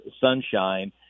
Sunshine